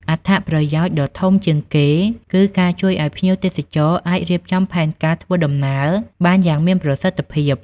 អត្ថប្រយោជន៍ដ៏ធំជាងគេគឺការជួយឲ្យភ្ញៀវទេសចរអាច រៀបចំផែនការធ្វើដំណើរ បានយ៉ាងមានប្រសិទ្ធភាព។